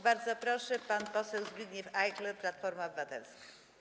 Bardzo proszę, pan poseł Zbigniew Ajchler, Platforma Obywatelska.